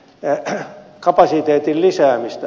ervvn kapasiteetin lisäämistä